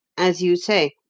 as you say,